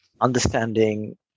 understanding